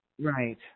Right